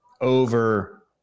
Over